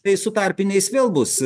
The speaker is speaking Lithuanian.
tai su tarpiniais vėl bus